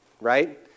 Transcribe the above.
right